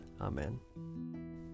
Amen